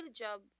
job